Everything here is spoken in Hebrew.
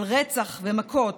על רצח ומכות.